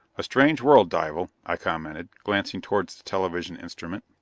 a strange world, dival, i commented, glancing towards the television instrument.